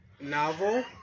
novel